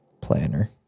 planner